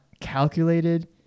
calculated